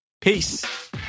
Peace